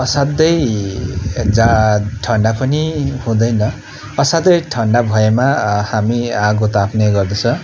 असाध्यै जा ठन्डा पनि हुँदैन असाध्यै ठन्डा भएमा हामी आगो ताप्ने गर्दछौँ